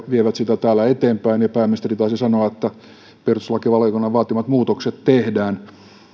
vievät sitä täällä eteenpäin ja pääministeri taisi sanoa että perustuslakivaliokunnan vaatimat muutokset tehdään